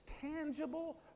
tangible